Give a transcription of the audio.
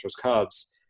Cubs